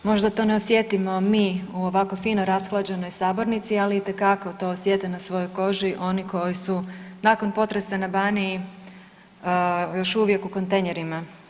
Možda to ne osjetimo mi u ovako fino rashlađenoj sabornici, ali itekako to osjete na svojoj koži oni koji su nakon potresa na Baniji još uvijek u kontejnerima.